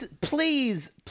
Please